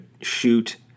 shoot